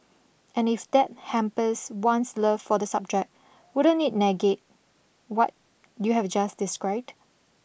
and if that hampers one's love for the subject wouldn't it negate what you have just described